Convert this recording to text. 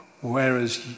Whereas